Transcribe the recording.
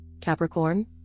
Capricorn